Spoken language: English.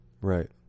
Right